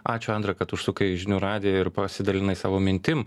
ačiū andra kad užsukai į žinių radiją ir pasidalinai savo mintim